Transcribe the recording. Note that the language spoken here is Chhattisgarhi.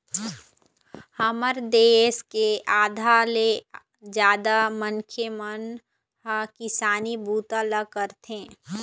हमर देश के आधा ले जादा मनखे मन ह किसानी बूता ल करथे